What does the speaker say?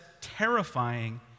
terrifying